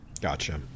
Gotcha